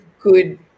good